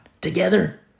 together